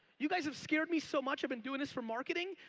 you guys have scared me so much. i've been doing this for marketing,